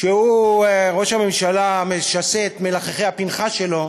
ראש הממשלה משסה את מלחכי הפנכה שלו